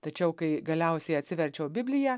tačiau kai galiausiai atsiverčiau bibliją